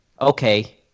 Okay